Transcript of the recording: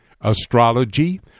Astrology